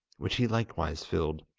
which he likewise filled.